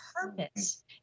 purpose